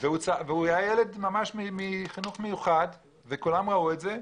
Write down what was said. הוא ילד מחינוך מיוחד וכולם ראו את זה.